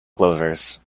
clovers